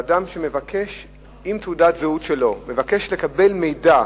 אדם, עם תעודת זהות שלו, מבקש לקבל מידע